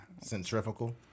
Centrifugal